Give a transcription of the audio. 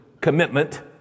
commitment